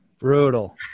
Brutal